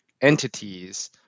entities